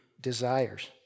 desires